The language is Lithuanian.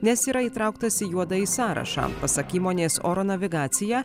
nes yra įtrauktas į juodąjį sąrašą pasak įmonės oro navigacija